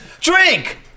drink